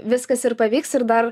viskas ir pavyks ir dar